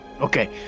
Okay